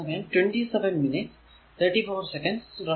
അപ്പോൾ ഈ G എന്നത് 0